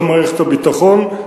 לא מערכת הביטחון,